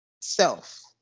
self